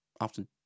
often